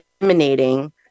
eliminating